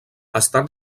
estan